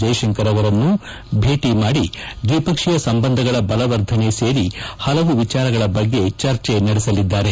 ಜೈಶಂಕರ್ ಅವರನ್ನು ಭೇಟ ಮಾಡಿ ದ್ವಿಪಕ್ಷೀಯ ಸಂಬಂಧಗಳ ಬಲವರ್ಧನೆ ಸೇರಿ ಹಲವು ವಿಚಾರಗಳ ಬಗ್ಗೆ ಚರ್ಚೆ ನಡೆಸಲಿದ್ದಾರೆ